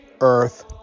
earth